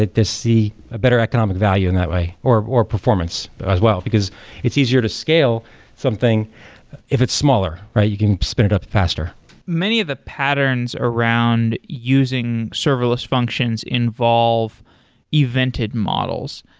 to see a better economic value in that way, or or performance as well, because it's easier to scale something if it's smaller, right? you can spin it up faster many of the patterns around using serverless functions involve evented models.